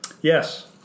Yes